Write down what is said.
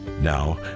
Now